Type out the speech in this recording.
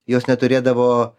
jos neturėdavo